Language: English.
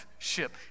ship